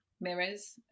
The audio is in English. mirrors